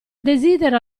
desidero